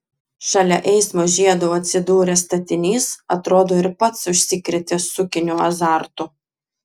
šalia eismo žiedo atsidūręs statinys atrodo ir pats užsikrėtė sukinio azartu